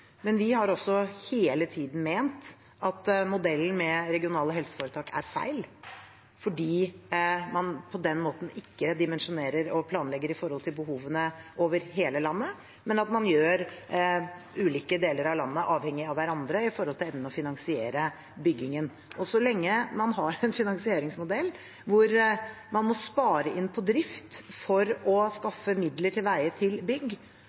men vi har også hele tiden ment at modellen med regionale helseforetak er feil fordi man på den måten ikke dimensjonerer og planlegger for behovene over hele landet, men gjør ulike deler av landet avhengige av hverandre når det gjelder evnen til å finansiere byggingen. Så lenge man har en finansieringsmodell der man må spare inn på drift for å skaffe midler til veie til bygg,